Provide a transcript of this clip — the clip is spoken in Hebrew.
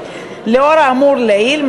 לאור האמור לעיל,